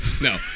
No